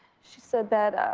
she said that